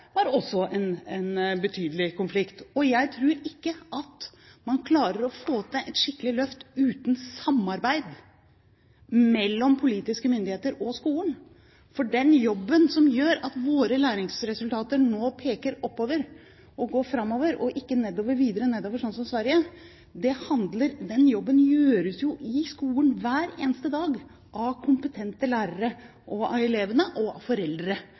var også en betydelig konflikt. Jeg tror ikke man klarer å få til et skikkelig løft uten samarbeid mellom politiske myndigheter og skolen. For den jobben som gjør at våre læringsresultater nå peker oppover og går framover og ikke videre nedover, sånn som i Sverige, gjøres jo i skolen hver eneste dag av kompetente lærere, av elevene og av foreldre